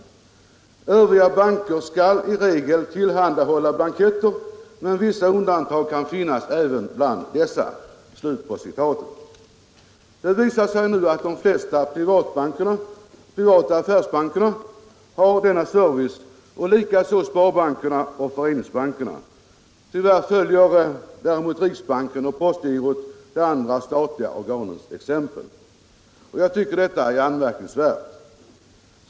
Övriga banker skall i regel tillhandahålla blanketter men vissa undantag kan finnas även bland dessa.” Det visar sig nu att de flesta privata affärsbankerna har denna service och likaså sparbankerna och föreningsbankerna. Tyvärr följer däremot riksbanken och postgirot de andra statliga organens exempel. Jag tycker att detta är anmärkningsvärt.